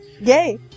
Yay